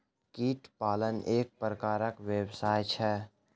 कीट पालन एक प्रकारक व्यवसाय छै